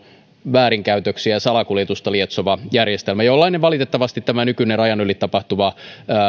väärinkäytöksiä ja salakuljetusta lietsova järjelmä jollainen valitettavasti tämä nykyinen rajan yli tapahtuva